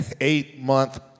eight-month